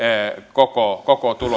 koko koko